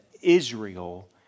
Israel